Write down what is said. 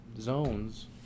zones